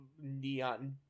neon